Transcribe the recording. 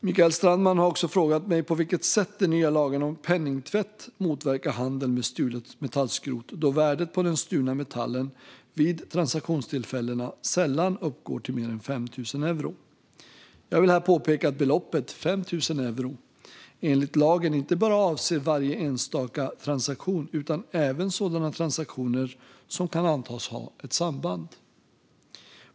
Mikael Strandman har också frågat mig på vilket sätt den nya lagen om penningtvätt motverkar handel med stulet metallskrot, då värdet på den stulna metallen vid transaktionstillfällena sällan uppgår till mer än 5 000 euro. Jag vill här påpeka att beloppet 5 000 euro enligt lagen inte bara avser varje enstaka transaktion utan även sådana transaktioner som kan antas ha ett samband.